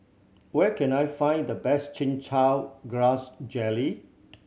where can I find the best Chin Chow Grass Jelly